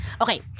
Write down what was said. Okay